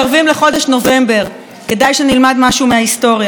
כדאי שנלמד משהו מההיסטוריה, חברות וחברים.